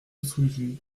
sougy